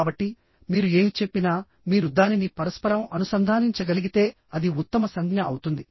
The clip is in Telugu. కాబట్టి మీరు ఏమి చెప్పినా మీరు దానిని పరస్పరం అనుసంధానించగలిగితే అది ఉత్తమ సంజ్ఞ అవుతుంది